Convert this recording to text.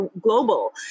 global